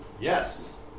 yes